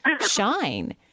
shine